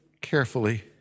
carefully